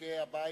מוותיקי הבית: